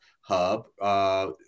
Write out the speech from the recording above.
hub